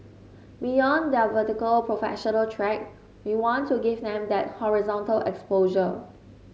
beyond their vertical professional track we want to give them that horizontal exposure